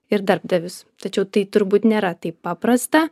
ir darbdavius tačiau tai turbūt nėra taip paprasta